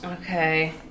Okay